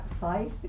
five